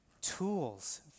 tools